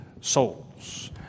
souls